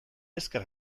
ezker